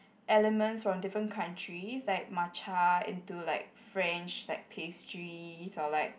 elements from different countries like matcha into like French like pastries or like